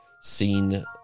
seen